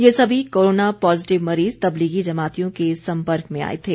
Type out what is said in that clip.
ये सभी corona positive मरीज तबलीगी जमातियों के संपर्क में आए थे